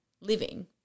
living